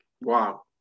Wow